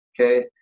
okay